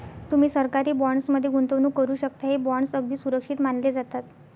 तुम्ही सरकारी बॉण्ड्स मध्ये गुंतवणूक करू शकता, हे बॉण्ड्स अगदी सुरक्षित मानले जातात